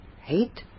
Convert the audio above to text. hate